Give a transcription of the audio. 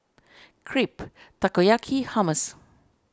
Crepe Takoyaki Hummus